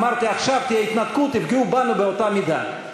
אמרתי: עכשיו תהיה התנתקות, יפגעו בנו באותה מידה.